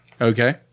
Okay